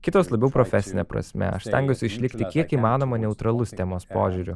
kitos labiau profesine prasme aš stengiuosi išlikti kiek įmanoma neutralus temos požiūriu